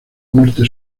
norte